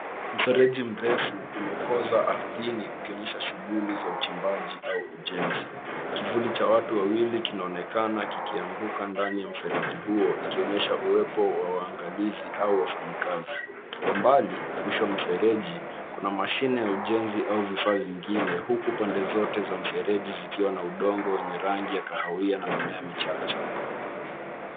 Mfereji mrefu umekoza ardhini ukionyesha shughuli za uchimbaji au ujenzi. Kivuli cha watu wawili kinaonekana kikianguka ndani ya mfereji huo ikionyesha uwepo wa waangalizi au wafanyakazi. Kwa mbali, mwisho wa mfereji, kuna mashine ya ujenzi au vifaa vingine, huku pande zote za mfereji zikiwa na udongo wenye rangi ya kahawia na mimea michache.